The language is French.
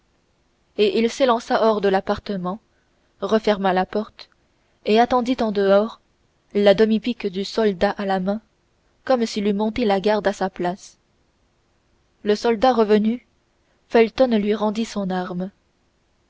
et il s'élança hors de l'appartement referma la porte et attendit en dehors la demi pique du soldat à la main comme s'il eût monté la garde à sa place le soldat revenu felton lui rendit son arme